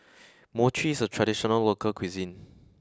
Mochi is a traditional local cuisine